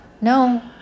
no